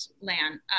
land